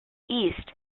east